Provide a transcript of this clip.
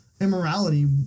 immorality